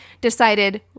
decided